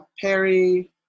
Perry